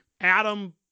Adam